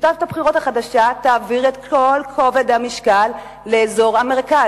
שיטת הבחירות החדשה תעביר את כל כובד המשקל לאזור המרכז.